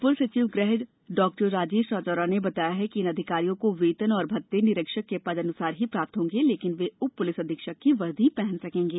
अपर सचिव गृह डॉ राजेश राजौरा ने बताया है कि इन अधिकारियों को वेतन एवं भत्ते निरीक्षक के पद अनुसार ही प्राप्त होंगे लेकिन वे उप पुलिस अधीक्षक की वर्दी पहन सकेंगे